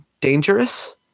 Dangerous